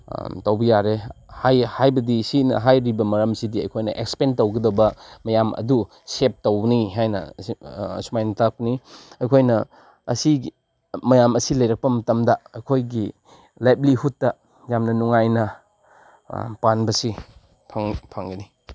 ꯇꯧꯕ ꯌꯥꯔꯦ ꯍꯥꯏꯕꯗꯤ ꯁꯤꯅ ꯍꯥꯏꯔꯤꯕ ꯃꯔꯝꯁꯤꯗꯤ ꯑꯩꯈꯣꯏꯅ ꯑꯦꯛꯁꯄꯦꯟ ꯇꯧꯒꯗꯕ ꯃꯌꯥꯝ ꯑꯗꯨ ꯁꯦꯞ ꯇꯧꯕꯅꯤ ꯍꯥꯏꯅ ꯑꯁꯨꯃꯥꯏꯅ ꯇꯥꯛꯄꯅꯤ ꯑꯩꯈꯣꯏꯅ ꯑꯁꯤꯒꯤ ꯃꯌꯥꯝ ꯑꯁꯤ ꯂꯩꯔꯛꯄ ꯃꯇꯝꯗ ꯑꯩꯈꯣꯏꯒꯤ ꯂꯥꯏꯞꯂꯤꯍꯨꯠꯇ ꯌꯥꯝꯅ ꯅꯨꯡꯉꯥꯏꯅ ꯄꯥꯟꯕꯁꯤ ꯐꯪꯒꯅꯤ